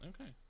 Okay